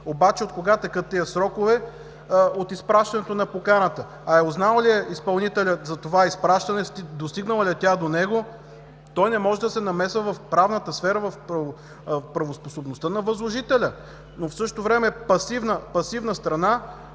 Обаче откога текат тези срокове – от изпращането на поканата, узнал ли е изпълнителят за това изпращане, достигнало ли е до него?! Той не може да се намесва в правната сфера, в правоспособността на възложителя, но в същото време е пасивна страна,